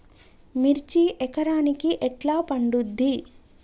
మిర్చి ఎకరానికి ఎట్లా పండుద్ధి?